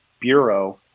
bureau